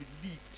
believed